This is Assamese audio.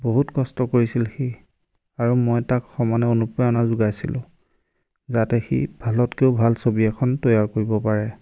বহুত কষ্ট কৰিছিল সি আৰু মই তাক সমানে অনুপ্ৰেৰণা যোগাইছিলোঁ যাতে সি ভালতকৈও ভাল ছবি এখন তৈয়াৰ কৰিব পাৰে